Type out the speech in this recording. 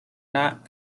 not